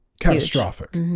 catastrophic